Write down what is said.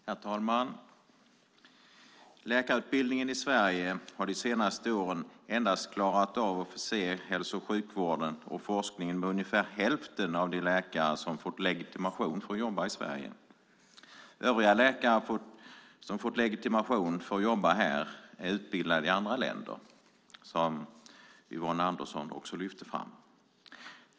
Herr talman! Läkarutbildningen i Sverige har de senaste åren endast klarat av att förse hälso och sjukvården och forskningen med ungefär hälften av de läkare som fått legitimation för att jobba i Sverige. Övriga läkare som fått legitimation för att jobba här är utbildade i andra länder, som Yvonne Andersson också lyfte fram.